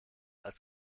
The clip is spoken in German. als